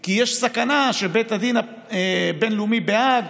כי יש סכנה שבית הדין הבין-לאומי בהאג